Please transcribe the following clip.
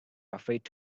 afraid